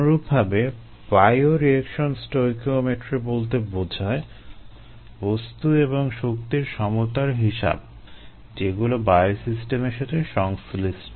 অনুরূপভাবে bioreaction stoichiometry বলতে বোঝায় বস্তু এবং শক্তির সমতার হিসাব যেগুলো বায়োসিস্টেম এর সাথে সংশ্লিষ্ট